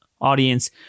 audience